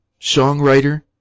songwriter